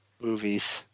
Movies